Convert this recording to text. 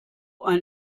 ein